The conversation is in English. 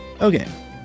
Okay